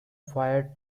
fire